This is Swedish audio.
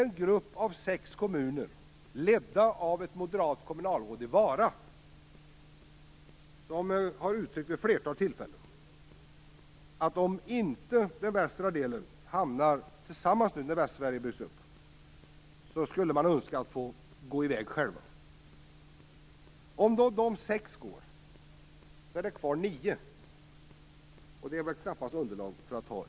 En grupp av sex kommuner, ledd av ett moderat kommunalråd i Vara, har vid ett flertal tillfällen uttalat att om inte den västra delen hamnar tillsammans med Västsverige, önskar man gå sin egen väg. Om dessa sex kommuner går sin väg, finns det nio kvar, och det är knappast ett underlag för ett län.